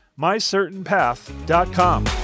MyCertainPath.com